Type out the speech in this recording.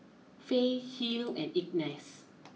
Fay Hill and Ignatz